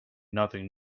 nothing